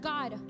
God